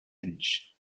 finch